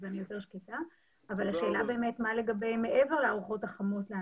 אני יותר שקטה אבל השאלה באמת מה קורה מעבר לארוחות החמות כי